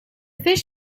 fish